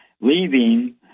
leaving